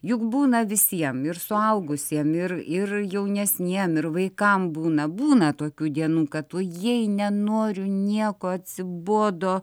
juk būna visiem ir suaugusiem ir ir jaunesniem ir vaikam būna būna tokių dienų kad ujei nenoriu nieko atsibodo